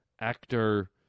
actor